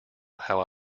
how